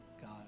God